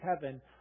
heaven